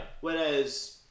Whereas